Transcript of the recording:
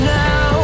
now